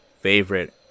favorite